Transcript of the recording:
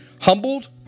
humbled